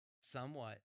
somewhat